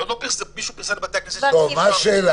מישהו פרסם בבתי הכנסת --- מה השאלה?